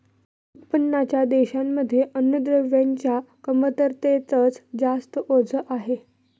उत्पन्नाच्या देशांमध्ये अन्नद्रव्यांच्या कमतरतेच जास्त ओझ आहे